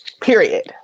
period